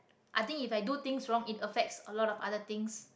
i think if i do things wrong it affects a lot of other things